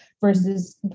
versus